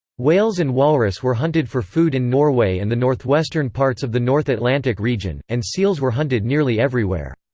whales and walrus were hunted for food in norway and the north-western parts of the north atlantic region, and seals were hunted nearly everywhere.